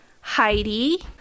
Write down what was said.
Heidi